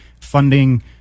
funding